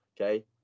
Okay